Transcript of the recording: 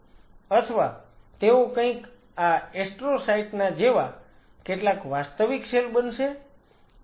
અથવા તેઓ કંઈક આ એસ્ટ્રોસાઈટ્સ ના જેવા કેટલાક વાસ્તવિક સેલ બનશે